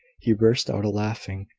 he burst out a-laughing.